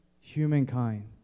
humankind